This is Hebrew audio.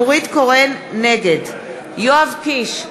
נגד יואב קיש,